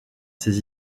ses